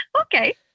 Okay